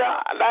God